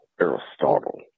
Aristotle